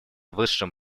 высшим